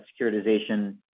securitization